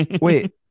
Wait